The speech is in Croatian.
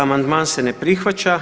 Amandman se ne prihvaća.